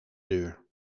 deur